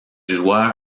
joua